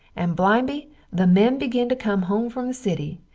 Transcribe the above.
and bimeby the men begin to come home from the city,